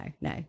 no